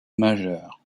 majeur